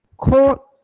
call